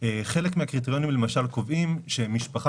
חלק מהקריטריונים למשל קובעים שמשפחה